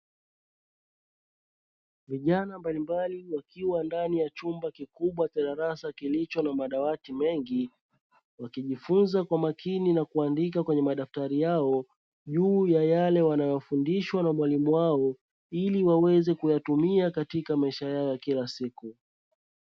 Vijana mbalimbali wakiwa ndani ya chumba kikubwa cha darasa kilicho na madawati mengi, wakijifunza kwa makini na kuandika kwenye madaftari yao juu ya yale wanayofundishwa na mwalimu wao, ili waweze kuyatumia katika maisha yao ya kila siku.